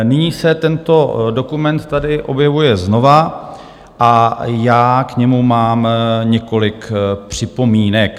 Nyní se tento dokument tady objevuje znova a já k němu mám několik připomínek.